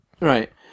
right